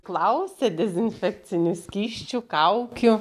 klausė dezinfekcinių skysčių kaukių